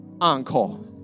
on-call